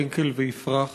פרנקל ויפרח.